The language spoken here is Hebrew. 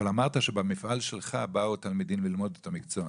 אבל אמרת שבמפעל שלך באו התלמידים ללמוד את המקצוע,